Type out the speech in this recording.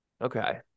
Okay